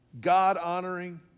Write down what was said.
God-honoring